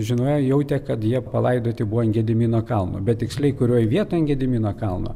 žinojo jautė kad jie palaidoti buvo ant gedimino kalno bet tiksliai kurioj vietoj ant gedimino kalno